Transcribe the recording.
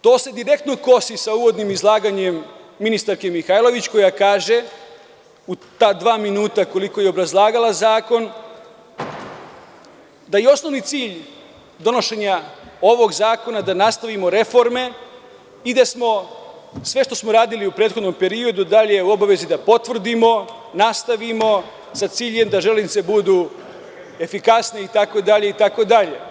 To se direktno kosi sa uvodnim izlaganjem ministarke Mihajlović koja kaže, u ta dva minuta koliko je obrazlagala zakon, da je osnovni cilj donošenja ovog zakona da nastavimo reforme i da sve što smo uradili u prethodnom periodu i dalje u obavezi da potvrdimo, nastavimo, sa ciljem da Železnice budu efikasnije itd, itd.